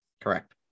Correct